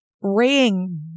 ring